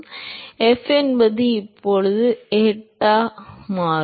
எனவே f என்பது இப்போது எட்டா மற்றும்